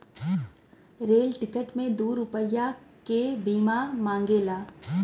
rail ticket मे दू रुपैया के बीमा मांगेला